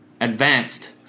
Advanced